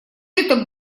это